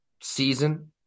season